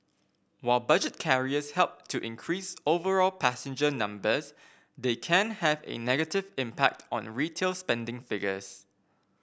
while budget carriers help to increase overall passenger numbers they can have a negative impact on retail spending figures